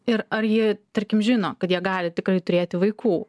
ir ar jie tarkim žino kad jie gali tikrai turėti vaikų